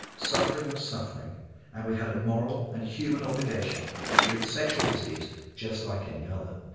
suffering was suffering and we had a moral and human obligation to treat sexual disease just like any other.